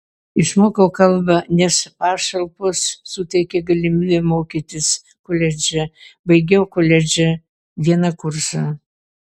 išmokau kalbą nes pašalpos suteikia galimybę mokytis koledže baigiau koledže vieną kursą